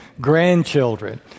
grandchildren